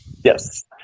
yes